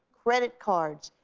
credit cards,